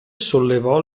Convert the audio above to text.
sollevò